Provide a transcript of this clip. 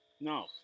No